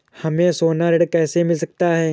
हमें सोना ऋण कैसे मिल सकता है?